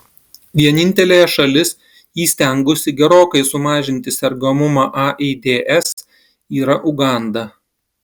vienintelė šalis įstengusi gerokai sumažinti sergamumą aids yra uganda